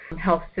health